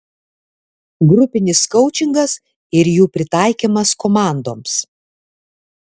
grupinis koučingas ir jų pritaikymas komandoms